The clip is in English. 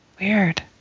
Weird